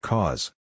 Cause